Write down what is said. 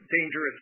dangerous